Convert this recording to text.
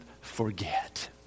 forget